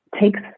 takes